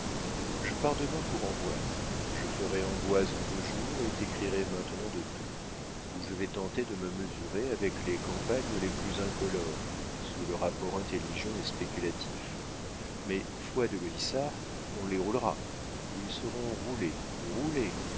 je pars demain pour amboise je ferai amboise en deux jours et t'écrirai maintenant de tours où je vais tenter de me mesurer avec les campagnes les plus incolores sous le rapport intelligent et spéculatif mais foi de gaudissart on les roulera ils seront roulés roulés